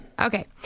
Okay